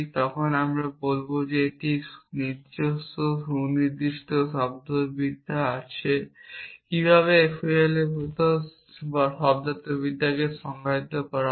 তখন আমরা বলব যে এটির নিজস্ব সুনির্দিষ্ট শব্দার্থবিদ্যা আছে কিভাবে FOL এর শব্দার্থবিদ্যাকে সংজ্ঞায়িত করা হয়